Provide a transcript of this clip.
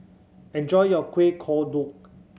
enjoy your Kueh Kodok